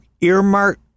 earmark